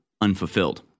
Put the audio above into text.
unfulfilled